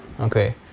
Okay